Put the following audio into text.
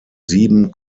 sieben